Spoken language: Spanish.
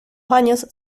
años